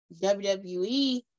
WWE